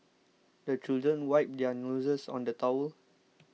the children wipe their noses on the towel